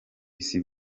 isi